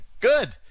good